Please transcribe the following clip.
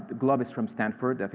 glove is from stanford.